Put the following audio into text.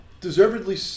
deservedly